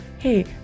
hey